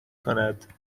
کند